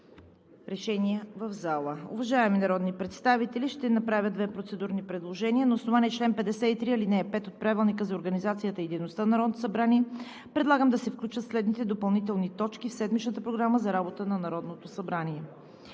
представители. Уважаеми народни представители, ще направя две процедурни предложения. На основание чл. 53, ал. 5 от Правилника за организацията и дейността на Народното събрание предлагам да се включат следните допълнителни точки в седмичната Програма за работата на Народното събрание: